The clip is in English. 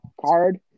card